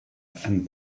and